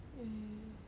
mm